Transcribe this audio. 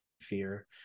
fear